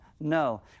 No